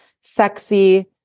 sexy